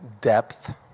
depth